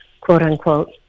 quote-unquote